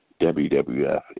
WWF